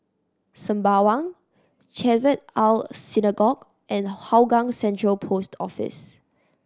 Sembawang Chesed El Synagogue and Hougang Central Post Office